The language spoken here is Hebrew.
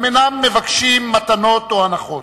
הם אינם מבקשים מתנות או הנחות.